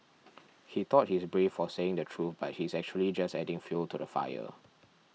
he thought he's brave for saying the truth but he's actually just adding fuel to the fire